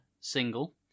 single